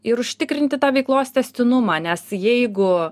ir užtikrinti tą veiklos tęstinumą nes jeigu